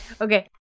okay